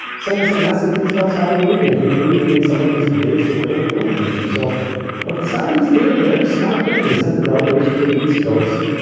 saying some nasty things about saudi arabia, including in some of his debates with hillary clinton. and so but the saudis did a very smart thing. they sent a delegation to the east coast.